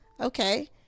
Okay